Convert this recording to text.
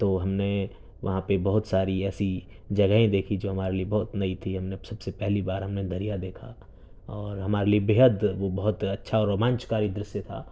تو ہم نے وہاں پہ بہت ساری ایسی جگہیں دیکھیں جو ہمارے لیے بہت نئی تھیں ہم نے سب سے پہلی بار ہم نے دریا دیکھا اور ہمارے لیے بے حد وہ بہت اچھا رومانچکاری درشیہ تھا